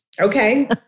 Okay